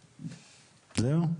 זהו?